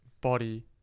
body